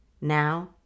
Now